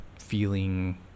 feeling